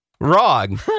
wrong